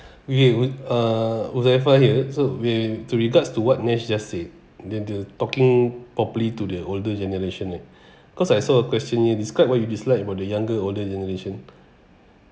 okay won't uh huzaifa here so we're to regards to what nesh just said then the talking properly to the older generation eh cause I saw a question here describe what you dislike about the younger older generation